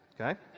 Okay